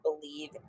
believe